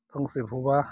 फांसे फुबा